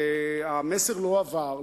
המסר לא עבר.